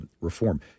reform